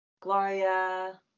Gloria